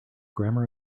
grammar